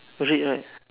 red right